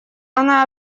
она